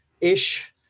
ish